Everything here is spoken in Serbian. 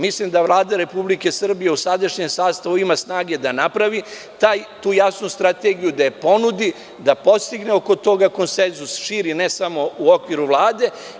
Mislim da Vlada Republike Srbije u sadašnjem sastavu ima snage da napravi tu jasnu strategiju, da je ponudi, da postigne oko toga konsenzus, širi, ne samo u okviru Vlade.